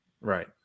Right